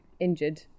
injured